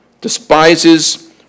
Despises